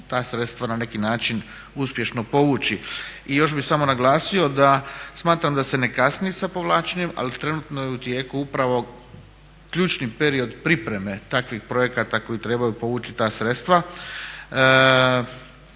da se mogu ta sredstva na neki način uspješno povući. I još bih samo naglasio da smatram da se ne kasni sa povlačenjem ali trenutno je u tijeku upravo ključni period pripreme takvih projekata koji trebaju povući ta sredstva.